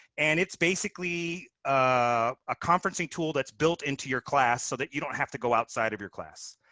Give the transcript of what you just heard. and it's basically a conferencing tool that's built into your class so that you don't have to go outside of your class.